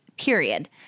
period